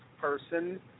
person